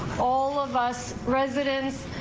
all of us presidents.